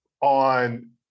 on